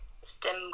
STEM